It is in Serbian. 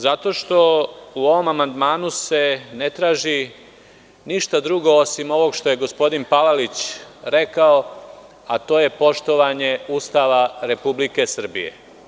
Zato što u ovom amandmanu se ne traži ništa drugo osim ovog što je gospodin Palalić rekao, a to je poštovanje Ustava Republike Srbije.